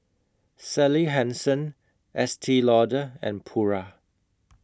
Sally Hansen Estee Lauder and Pura